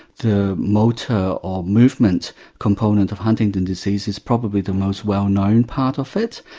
the motor or movement component of huntington's disease is probably the most well known part of it,